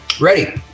ready